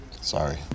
Sorry